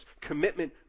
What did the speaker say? commitment